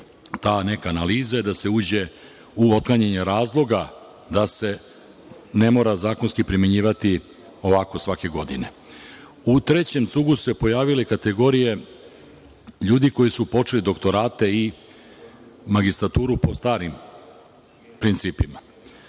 ta neka analiza i da se uđe u otklanjanje razloga, da se ne mora zakonski primenjivati ovako svake godine.U trećem cugu su se pojavile kategorije ljudi koji su počeli doktorate i magistraturu po starim principima.